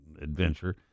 adventure